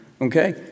okay